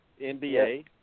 NBA